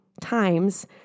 times